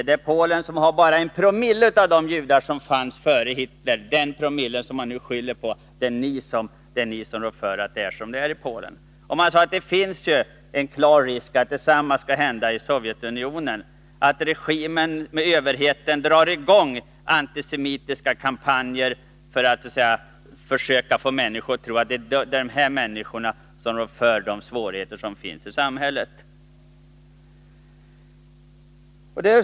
I Polen finns bara 1 Ze av de judar som fanns före Hitler, men denna promille skyller man nu på och säger, att det är ni som rår för att det är som det är i Polen. Man sade att det finns en klar risk att detsamma kan hända i Sovjetunionen, dvs. att överheten drar i gång antisemitiska kampanjer för att få människor att tro att det är judarna som rår för de svårigheter som finns i samhället.